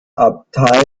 abtei